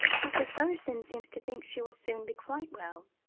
dr. fergusson seems to think she will soon be quite well,